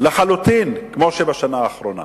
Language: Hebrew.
לחלוטין כמו בשנה האחרונה.